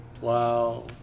Wow